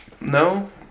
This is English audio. No